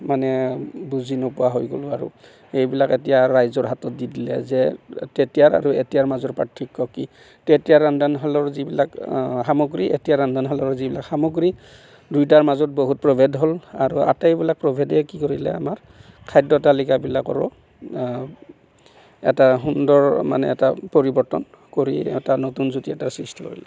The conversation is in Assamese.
মানে বুজি নোপোৱা হৈ গ'লোঁ আৰু এইবিলাক এতিয়া ৰাইজৰ হাতত দি দিলে যে তেতিয়া আৰু এতিয়াৰ মাজৰ পাৰ্থক্য কি তেতিয়াৰ ৰন্ধনশালৰ যিবিলাক সামগ্ৰী এতিয়াৰ ৰন্ধানশালৰ যিবিলাক সামগ্ৰী দুয়োটাৰ মাজত বহুত প্ৰভেদ হ'ল আৰু আটাইবিলাক প্ৰভেদে কি কৰিলে আমাৰ খাদ্যতালিকাবোৰৰো এটা সুন্দৰ মানে এটা পৰিৱৰ্তন কৰি এটা নতুন জুতি এটা সৃষ্টি কৰিলে